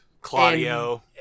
Claudio